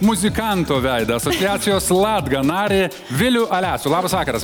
muzikanto veidą asociacijos latga narį vilių alesių labas vakaras